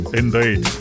indeed